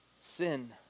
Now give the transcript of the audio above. sin